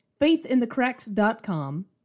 faithinthecracks.com